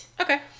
Okay